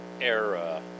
era